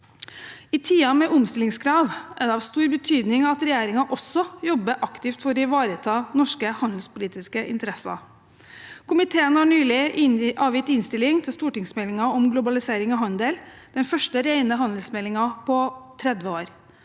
I tider med omstillingskrav er det av stor betydning at regjeringen også jobber aktivt for å ivareta norske handelspolitiske interesser. Komiteen har nylig avgitt innstilling til stortingsmeldingen om globalisering og handel, den første rene handelsmeldingen på 30 år.